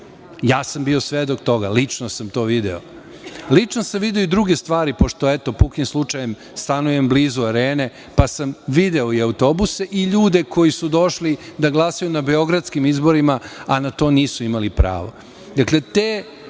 Ja sam bio svedok toga. Lično sam to video. Lično sam video i druge stvari, pošto, eto, pukim slučajem stanujem blizu Arene pa sam video i autobuse i ljude koji su došli da glasaju na beogradskim izborima, a na to nisu imali pravo. Dakle,